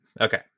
okay